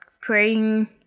praying